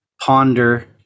ponder